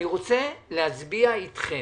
אני רוצה להצביע אתכם,